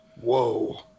Whoa